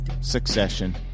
Succession